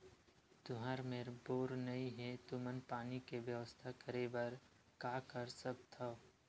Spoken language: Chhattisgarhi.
तुहर मेर बोर नइ हे तुमन पानी के बेवस्था करेबर का कर सकथव?